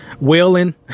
wailing